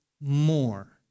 more